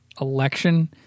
election